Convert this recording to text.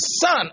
son